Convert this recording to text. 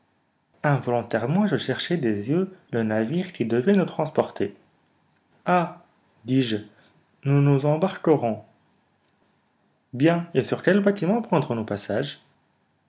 involontairement je cherchai des yeux le navire qui devait nous transporter ah dis-je nous nous embarquerons bien et sur quel bâtiment prendrons-nous passage